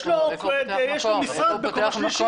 יש לו משרד בקומה שלישית.